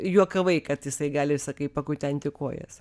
juokavai kad jisai gali sakai pakutenti kojas